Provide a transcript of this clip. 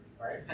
right